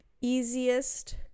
easiest